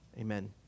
Amen